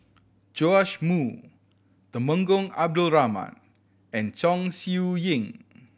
Joash Moo Temenggong Abdul Rahman and Chong Siew Ying